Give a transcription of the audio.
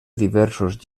diversos